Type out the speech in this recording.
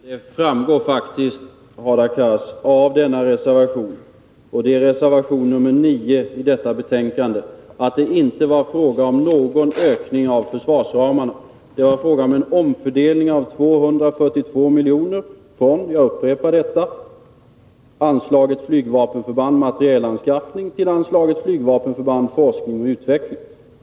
Herr talman! Det framgår faktiskt, Hadar Cars, av reservation nr 9 i betänkandet att det inte var fråga om någon ökning av försvarsramarna. Det var fråga om en omläggning av 242 miljoner — jag upprepar detta — från anslaget Flygvapenförband: Materielanskaffning till anslaget Flygvapenförband: Forskning och utveckling.